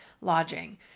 lodging